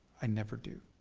i never do.